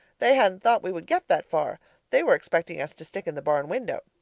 they hadn't thought we would get that far they were expecting us to stick in the barn window.